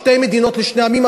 שתי מדינות לשני עמים,